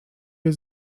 wir